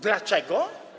Dlaczego?